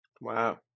Wow